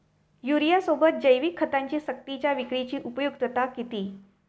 युरियासोबत जैविक खतांची सक्तीच्या विक्रीची उपयुक्तता किती?